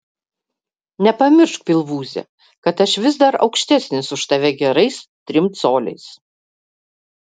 nepamiršk pilvūze kad aš vis dar aukštesnis už tave gerais trim coliais